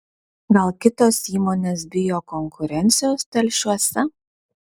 gal kitos įmonės bijo konkurencijos telšiuose